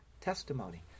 testimony